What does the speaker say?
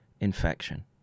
infection